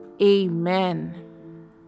Amen